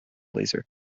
laser